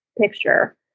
picture